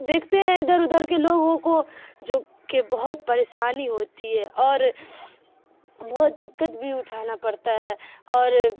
دیکھتے ہیں ادھر ادھر کے لوگوں کو جو کہ بہت پریشانی ہوتی ہے اور بہت دقت بھی اٹھانا پڑتا ہے اور